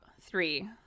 three